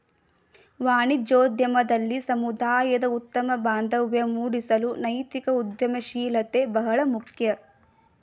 ವಾಣಿಜ್ಯೋದ್ಯಮದಲ್ಲಿ ಸಮುದಾಯದ ಉತ್ತಮ ಬಾಂಧವ್ಯ ಮೂಡಿಸಲು ನೈತಿಕ ಉದ್ಯಮಶೀಲತೆ ಬಹಳ ಮುಖ್ಯ